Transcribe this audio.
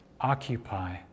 occupy